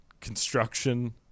construction